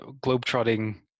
globe-trotting